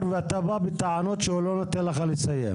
ואתה בא בטענות שהוא לא נותן לך לדבר.